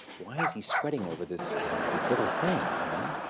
why is he sweating over this this little thing, you know?